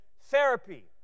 Therapy